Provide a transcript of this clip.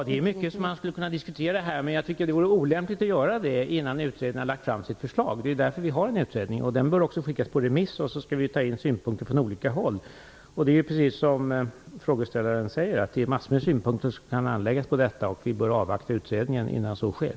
Fru talman! Man skulle kunna diskutera mycket här, men jag tycker att det vore olämpligt att göra det innan utredningen har lagt fram sitt förslag. Det är därför som vi har en utredning. Dess resultat bör också skickas ut på remiss, så att vi får in synpunkter från olika håll. Som frågeställaren säger kan det anläggas en mängd synpunkter på detta, men vi bör avvakta utredningen innan så sker.